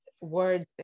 words